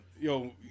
Yo